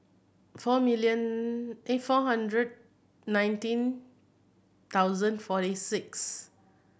four million four hundred nineteen thousand forty six